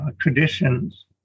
traditions